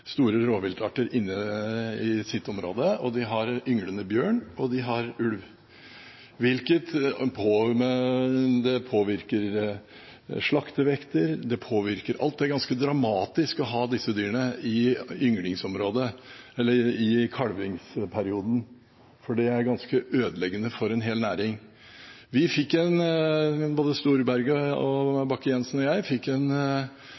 har ynglende bjørn, og de har ulv, hvilket påvirker slaktevekt – det påvirker alt. Det er ganske dramatisk å ha disse dyrene i kalvingsperioden. Det er ganske ødeleggende for en hel næring. Vi fikk – både Storberget, Bakke-Jensen og jeg – en levende forklaring om hvilken belastning dette gir på utøverne, og jeg